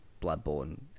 Bloodborne